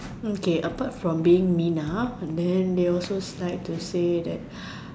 okay apart from being minah then they also like to say that